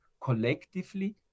collectively